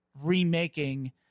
remaking